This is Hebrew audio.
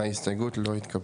0 ההסתייגות לא התקבלה.